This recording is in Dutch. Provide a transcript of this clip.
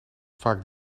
vaak